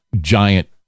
giant